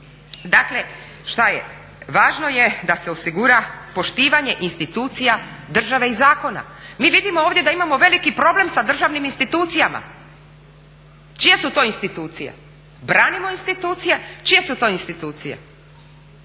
Dakle, šta je, važno je da se osigura poštivanje institucija države i zakona. Mi vidimo ovdje da imamo veliki problem sa državnim institucijama. Čije su to institucije? Branimo institucije, čije su to institucije?